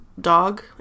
dog